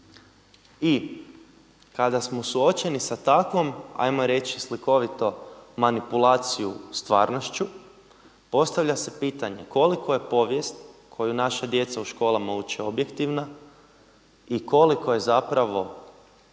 I kada smo suočeni sa takvom, ajmo reći slikovito manipulaciju stvarnošću, postavlja se pitanje koliko je povijest koju naša djeca u školama uče objektivna i koliko je ta